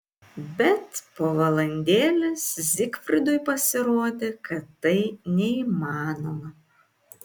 bet po valandėlės zygfridui pasirodė kad tai neįmanoma